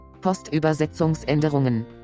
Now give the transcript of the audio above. Postübersetzungsänderungen